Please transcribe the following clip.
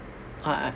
I I